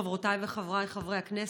חברותיי וחבריי חברי הכנסת,